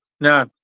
no